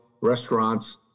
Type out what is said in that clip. restaurants